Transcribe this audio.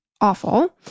awful